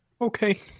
Okay